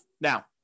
Now